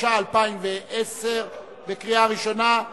התשע"א 2010, קריאה ראשונה.